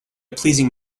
pleasing